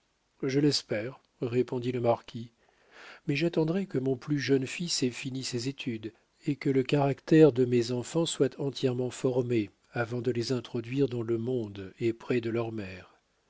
je l'espère répondit le marquis mais j'attendrai que mon plus jeune fils ait fini ses études et que le caractère de mes enfants soit entièrement formé avant de les introduire dans le monde et près de leur mère